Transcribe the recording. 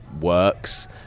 works